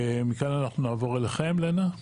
מכאן אנחנו נעבור אליכם לנה?